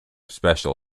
special